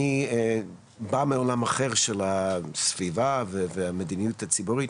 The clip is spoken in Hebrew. אני בא מעולם אחר של הסביבה, ומדיניות הציבורית,